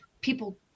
people